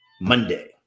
Monday